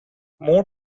more